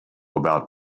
about